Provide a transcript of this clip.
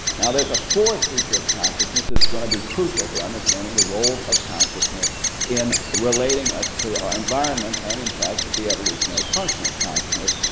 now there's a fourth feature of consciousness that's going to be crucial for understanding the role of consciousness in relating us to our environment and in fact to the evolutionary function of consciousness,